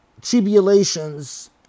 tribulations